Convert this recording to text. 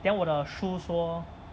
then 我的书说